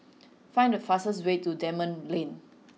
find the fastest way to Dunman Lane